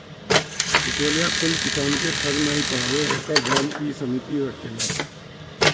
बिचौलिया कुल किसान के ठग नाइ पावे एकर ध्यान इ समिति रखेले